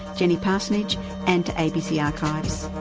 jenny parsonage and to abc archives.